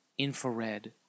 infrared